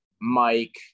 Mike